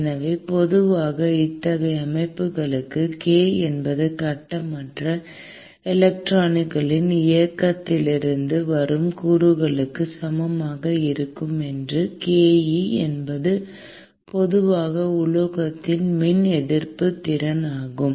எனவே பொதுவாக இத்தகைய அமைப்புகளுக்கு k என்பது கட்டற்ற எலக்ட்ரான்களின் இயக்கத்திலிருந்து வரும் கூறுகளுக்குச் சமமாக இருக்கும் மற்றும் ke என்பது பொதுவாக உலோகத்தின் மின் எதிர்ப்புத் திறன் ஆகும்